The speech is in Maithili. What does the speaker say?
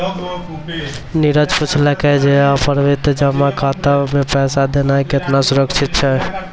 नीरज पुछलकै जे आवर्ति जमा खाता मे पैसा देनाय केतना सुरक्षित छै?